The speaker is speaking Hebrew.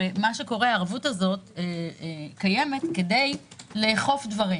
הרי הערבות הזו קיימת כדי לאכוף דברים.